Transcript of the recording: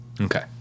Okay